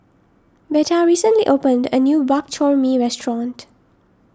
Veta recently opened a new Bak Chor Mee restaurant